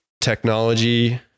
Technology